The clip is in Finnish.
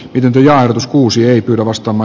pidentyy ja otus kuusi arvostama